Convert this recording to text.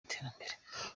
iterambere